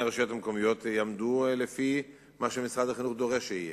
הרשויות המקומיות יעמדו במה שמשרד החינוך דורש שיהיה.